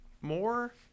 more